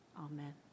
Amen